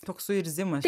toks suirzimas